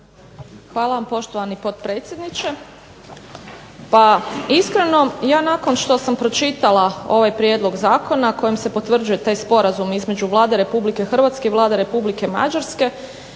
Hvala vam poštovani potpredsjedniče. Pa iskreno, ja nakon što sam pročitala ovaj prijedlog zakona, kojim se potvrđuje taj sporazum između Vlade Republike Hrvatske i Vlade Republike Mađarske